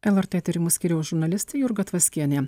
lrt tyrimų skyriaus žurnalistė jurga tvaskienė